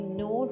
no